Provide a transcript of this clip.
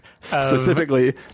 Specifically